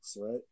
right